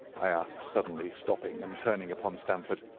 i asked suddenly, stopping and turning upon stamford,